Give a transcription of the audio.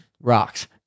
rocks